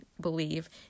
believe